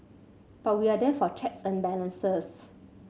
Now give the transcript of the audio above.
but we are there for checks and balances